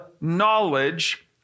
knowledge